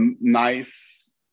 Nice